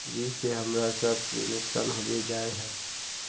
जिस से हमरा सब के नुकसान होबे जाय है?